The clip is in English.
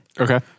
Okay